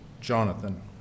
Jonathan